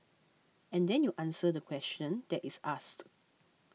and then you answer the question that is asked